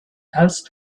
else